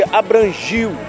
abrangiu